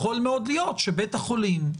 הרי